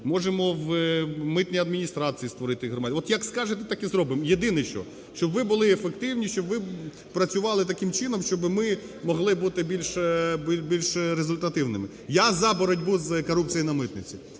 Можемо в митній адміністрації створити… От як скажете, так і зробимо. Єдине що, щоб ви були ефективні, щоб ви працювали таким чином, щоби ми могли бути більш результативними. Я – за боротьбу з корупцією на митниці.